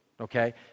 okay